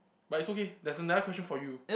but it's okay there's another question for you